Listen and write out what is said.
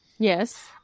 Yes